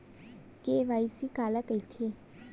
KYC काला कइथे?